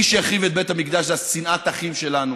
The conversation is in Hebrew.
מי שהחריב את בית המקדש זה שנאת האחים שלנו,